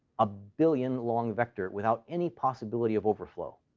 a billion-long vector without any possibility of overflow.